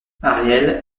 ariel